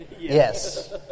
Yes